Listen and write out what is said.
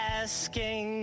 asking